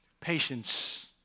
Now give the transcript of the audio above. Patience